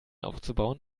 aufzubauen